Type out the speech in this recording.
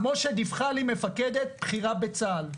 כמו שדיווחה לי מפקדת בכירה בצה"ל,